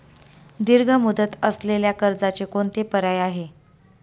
दीर्घ मुदत असलेल्या कर्जाचे कोणते पर्याय आहे?